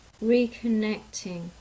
Reconnecting